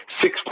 six